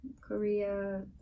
Korea